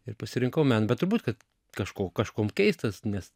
ir pasirinkau meną bet turbūt kad kažko kažkuom keistas nes